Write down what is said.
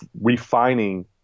refining